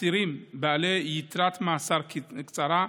אסירים בעלי יתרת מאסר קצרה,